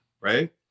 right